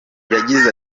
yagize